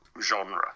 genre